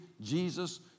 Jesus